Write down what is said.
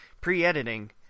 pre-editing